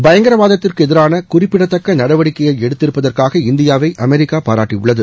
பயங்கரவாதத்திற்கு எதிரான குறிப்பிடத்தக்க நடவடிக்கையை எடுத்திருப்பதற்காக இந்தியாவை அமெரிக்கா பாராட்டியுள்ளது